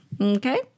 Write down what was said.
Okay